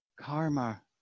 karma